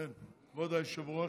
כבוד היושב-ראש,